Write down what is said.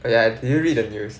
oh yeah did you read the news